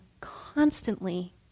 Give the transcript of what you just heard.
constantly